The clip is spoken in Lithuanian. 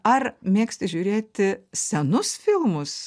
ar mėgsti žiūrėti senus filmus